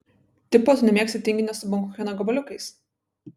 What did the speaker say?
tipo tu nemėgsti tinginio su bankucheno gabaliukais